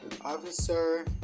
officer